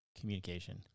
communication